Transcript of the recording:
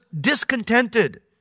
discontented